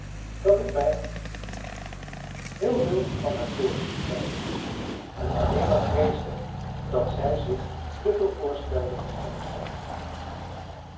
dat ik mij heel veel van haar voorstelde en alleen maar vreesde dat zij zich te veel voorstelde van de pret